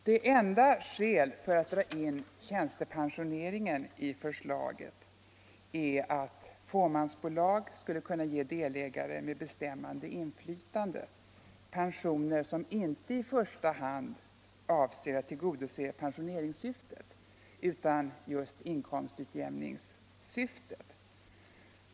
Det enda skälet för att dra in tjänstepensioneringen i förslaget är att fåmansbolag skulle kunna ge delägare med bestämmande inflytande pensioner som inte i första hand avser att tillgodose pensioneringssyftet utan inkomstutjämningssyftet.